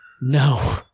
No